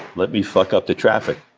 let me fuck up the traffic,